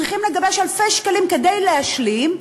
צריכים לגייס אלפי שקלים כדי להשלים,